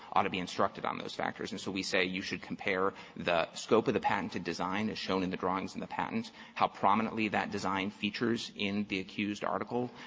ought to be instructed on those factors. and so we say you should compare the scope of the patented design as shown in the drawings in the patent, how prominently that design features in the accused article,